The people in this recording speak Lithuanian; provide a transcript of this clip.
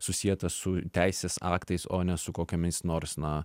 susietą su teisės aktais o ne su kokiomis nors na